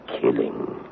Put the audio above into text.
killing